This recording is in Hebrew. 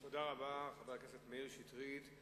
תודה רבה לחבר הכנסת מאיר שטרית.